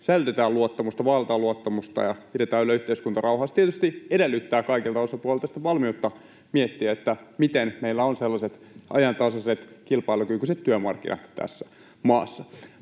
säilytetään luottamusta, vaalitaan luottamusta ja pidetään yllä yhteiskuntarauhaa. Se tietysti edellyttää kaikilta osapuolilta sitten valmiutta miettiä, miten meillä on sellaiset ajantasaiset kilpailukykyiset työmarkkinat tässä maassa.